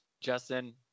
Justin